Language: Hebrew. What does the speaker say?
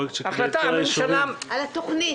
הכוונה על התוכנית.